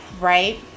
Right